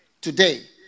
today